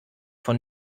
von